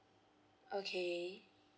okay